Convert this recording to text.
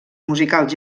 musicals